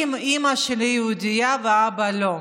אם אימא שלי יהודייה ואבא לא,